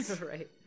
Right